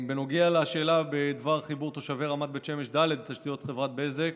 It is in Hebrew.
בנוגע לשאלה בדבר חיבור תושבי רמת בית שמש ד' לתשתיות חברת בזק,